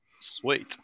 Sweet